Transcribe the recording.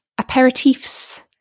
aperitifs